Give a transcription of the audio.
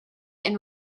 and